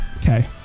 Okay